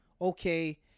okay